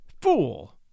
Fool